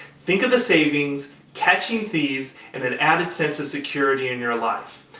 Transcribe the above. think of the savings, catching thieves, and an added sense of security in your life.